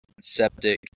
septic